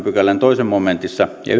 pykälän toisessa momentissa ja